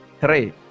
three